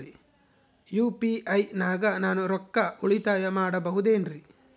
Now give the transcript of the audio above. UPI ನಾಗ ನಾನು ರೊಕ್ಕ ಉಳಿತಾಯ ಮಾಡಬಹುದೇನ್ರಿ?